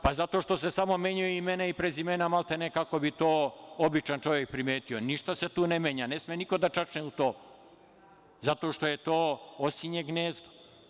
Pa, zato što se samo menjaju imena i prezimena, maltene, kako bi to običan čovek primetio, ništa se tu ne menja, ne sme niko da čačne u to zato što je to osinje gnezdo.